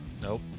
Nope